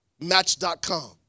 Match.com